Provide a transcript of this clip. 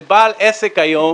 שבעל עסק היום